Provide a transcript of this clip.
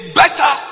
better